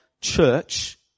church